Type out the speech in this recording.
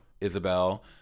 Isabel